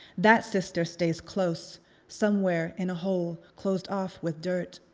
that sister stays close somewhere in a hole closed off with dirt.